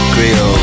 Creole